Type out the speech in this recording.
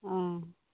ᱚᱦᱚᱸ